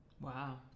Wow